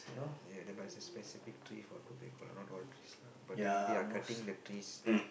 ya but there is a specific tree for tobacco lah not all trees lah but they they are cutting the trees